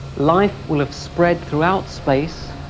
life will have spread throughout space,